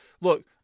Look